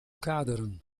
kaderen